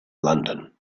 london